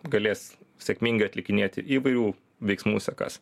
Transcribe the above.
galės sėkmingai atlikinėti įvairių veiksmų sekas